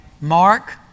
Mark